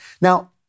now